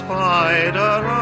Spider